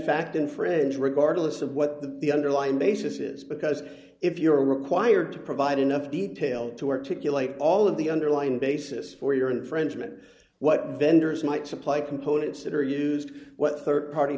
fact infringe regardless of what the the underlying basis is because if you're required to provide enough detail to articulate all of the underlying basis for your infringement what vendors might supply components that are used what rd party